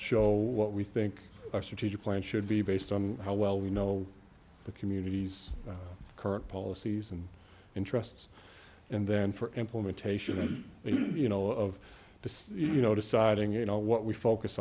show what we think our strategic plan should be based on how well we know the communities current policies and interests and then for implementation you know all of the you know deciding you know what we focus